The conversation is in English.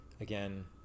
again